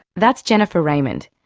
that's jennifer raymond,